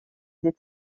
des